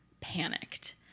panicked